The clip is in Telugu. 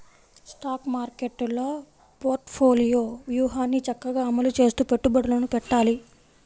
స్టాక్ మార్కెట్టులో పోర్ట్ఫోలియో వ్యూహాన్ని చక్కగా అమలు చేస్తూ పెట్టుబడులను పెట్టాలి